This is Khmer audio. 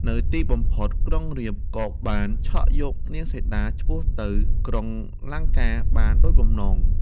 នៅទីបំផុតក្រុងរាពណ៍ ក៏បានឆក់យកនាងសីតាឆ្ពោះទៅក្រុង លង្កាបានដូចបំណង។